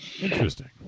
Interesting